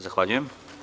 Zahvaljujem.